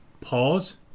pause